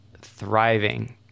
thriving